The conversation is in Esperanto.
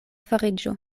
fariĝo